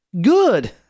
Good